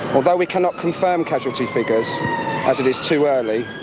although we cannot confirm casualty figures as it is too early